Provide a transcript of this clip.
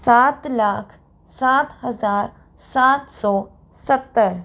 सात लाख सात हजार सात सौ सत्तर